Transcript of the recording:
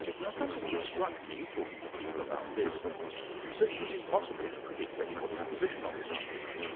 now something that struck me talking to people about this was that it was impossible to predict anybody's position on the subject.